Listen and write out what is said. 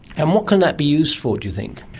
and what can that be used for, do you think?